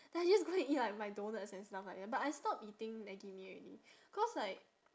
like I just go and eat like my donuts and stuff like that but I stop eating Maggi mee already cause like